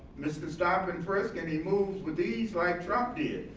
mr. stop and frisk and he moves with ease like trump did,